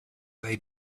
they